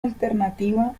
alternativa